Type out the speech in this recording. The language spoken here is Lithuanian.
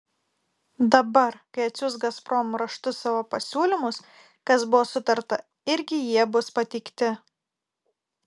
dabar kai atsiųs gazprom raštu savo pasiūlymus kas buvo sutarta irgi jie bus pateikti